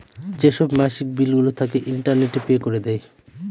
যেসব মাসিক বিলগুলো থাকে, ইন্টারনেটে পে করে দেয়